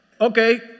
okay